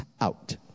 out